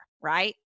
right